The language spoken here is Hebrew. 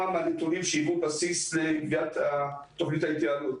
מהנתונים שהיוו בסיס לקביעת תוכנית ההתייעלות.